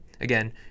again